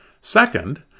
Second